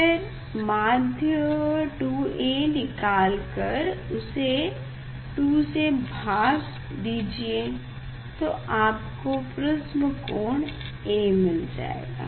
फिर माध्य 2A निकाल कर उसे 2 से भाग दीजिये तो आपको प्रिस्म कोण A मिल जाएगा